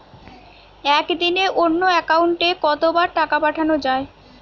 একদিনে অন্য একাউন্টে কত বার টাকা পাঠানো য়ায়?